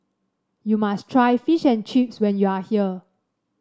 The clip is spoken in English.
you must try Fish and Chips when you are here